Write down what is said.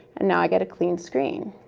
and now i get a clean screen.